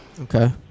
Okay